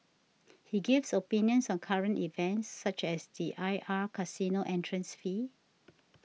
he gives opinions on current events such as the I R casino entrance fee